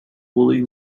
woolly